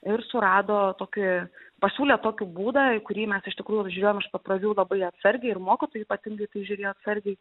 ir surado tokį pasiūlė tokį būdą į kurį mes iš tikrųjų žiūrėjom iš pat pradžių labai atsargiai ir mokytojai ypatingai į tai žiūrėjo atsargiai